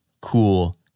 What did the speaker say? cool